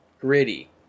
gritty